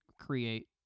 create